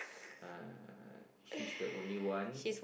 uh she is the only one